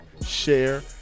share